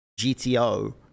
GTO